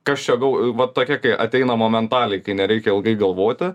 kas čia gau vat tokia kai ateina momentaliai kai nereikia ilgai galvoti